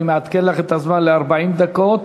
אני מעדכן לך את הזמן ל-40 דקות.